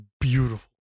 beautiful